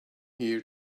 here